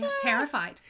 terrified